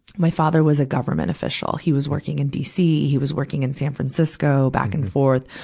my father was a government official. he was working in dc. he was working in san francisco back and forth.